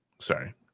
Sorry